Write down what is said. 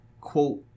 Quote